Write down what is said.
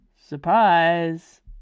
Surprise